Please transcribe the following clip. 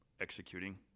executing